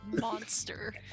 Monster